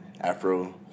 Afro